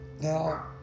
Now